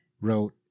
wrote